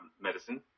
medicine